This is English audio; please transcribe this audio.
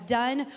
done